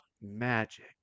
magic